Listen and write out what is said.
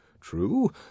True